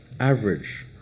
Average